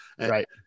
Right